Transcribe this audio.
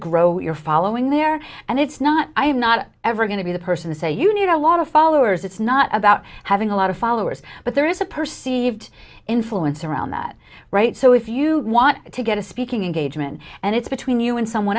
grow your following there and it's not i'm not ever going to be the person to say you need a lot of followers it's not about having a lot of followers but there is a perceived influence around that right so if you want to get a speaking engagement and it's between you and someone